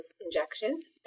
injections